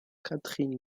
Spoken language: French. catherine